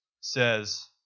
says